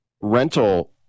rental